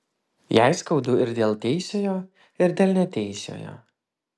jai skaudu ir dėl teisiojo ir dėl neteisiojo